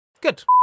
Good